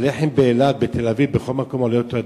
הלחם באילת, בתל-אביב, בכל מקום עולה אותו דבר.